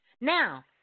Now